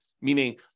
meaning